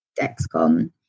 Dexcom